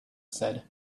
said